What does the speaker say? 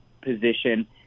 position